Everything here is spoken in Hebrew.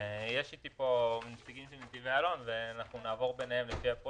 נמצאים כאן נציגים של חברת נתיבי איילון והם יסבירו את הפרויקטים.